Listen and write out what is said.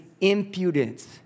impudence